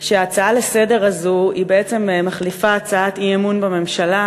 שההצעה לסדר-היום הזו בעצם מחליפה הצעת אי-אמון בממשלה,